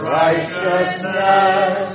righteousness